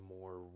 more